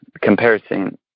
comparison